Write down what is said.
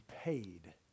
paid